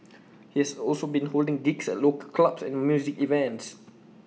he has also been holding gigs at local clubs and music events